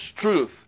truth